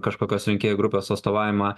kažkokios rinkėjų grupės atstovavimą